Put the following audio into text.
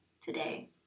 today